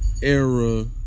Era